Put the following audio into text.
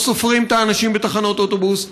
לא סופרים את האנשים בתחנות אוטובוס,